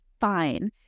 fine